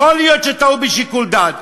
יכול להיות שטעו בשיקול דעת,